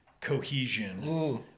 Cohesion